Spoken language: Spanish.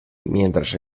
mientras